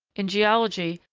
in geology,